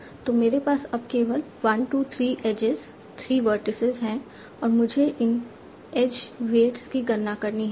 तो मेरे पास अब केवल 1 2 3 एजेज 3 वर्टिसीज हैं और मुझे इन एज वेट्स की गणना करनी है